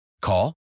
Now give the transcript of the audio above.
Call